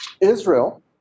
Israel